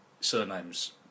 surnames